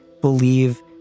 believe